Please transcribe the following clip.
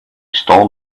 stole